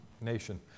nation